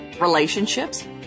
Relationships